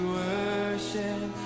worship